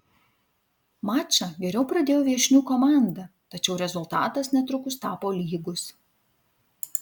mačą geriau pradėjo viešnių komanda tačiau rezultatas netrukus tapo lygus